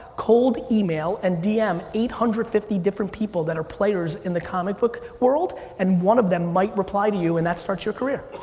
cold email and dm eight hundred and fifty different people that are players in the comic book world and one of them might reply to you and that starts your career.